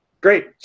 Great